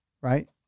right